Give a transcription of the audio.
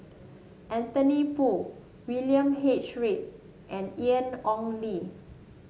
Anthony Poon William H Read and Ian Ong Li